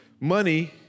Money